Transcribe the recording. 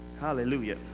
Hallelujah